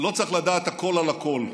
לא צריך לדעת הכול על הכול,